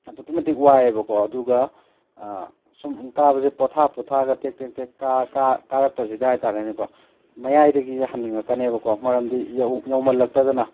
ꯑꯗꯨꯛꯀꯤ ꯃꯇꯤꯛ ꯋꯥꯏꯌꯦꯕꯀꯣ ꯑꯗꯨꯒ ꯁꯨꯝ ꯀꯥꯕꯁꯦ ꯄꯣꯠꯊꯥ ꯄꯣꯠꯊꯥꯔꯒ ꯇꯦꯛ ꯇꯦꯛ ꯇꯦꯛ ꯀꯥꯔꯛꯄꯁꯤꯗ ꯍꯥꯏꯇꯥꯔꯦꯅꯦ ꯀꯣ ꯃꯌꯥꯏꯗꯒꯤꯒ ꯍꯟꯅꯤꯡꯉꯛꯀꯅꯦꯕ ꯀꯣ ꯃꯔꯝꯗꯤ ꯌꯧꯃꯜꯂꯛꯇꯗꯅ